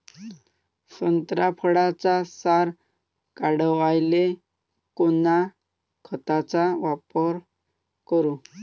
संत्रा फळाचा सार वाढवायले कोन्या खताचा वापर करू?